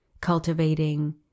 cultivating